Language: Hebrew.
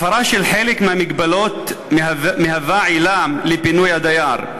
הפרה של חלק מההגבלות מהווה עילה לפינוי הדייר.